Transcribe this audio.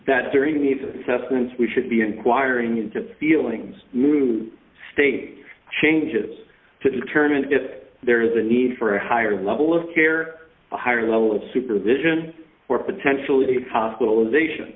that during these assessments we should be inquiring into feelings new state changes to determine if there is a need for a higher level of care a higher level of supervision or potentially hospitalization